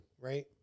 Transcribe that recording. right